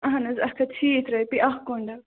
اَہَن حظ اَکھ ہتھ شیٖتھ رۄپیہِ اَکھ کۄنٛڈل